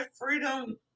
freedom